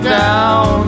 down